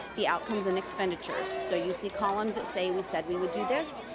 the outcomes and expenditures. so you see columns that say we said we would do this,